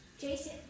Jason